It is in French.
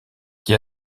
qui